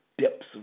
Depths